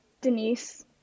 Denise